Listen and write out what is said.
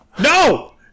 No